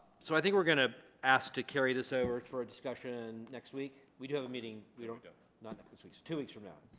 so i think we're going to ask to carry this over for discussion next week we do have a meeting we don't go not this week two weeks from now